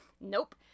Nope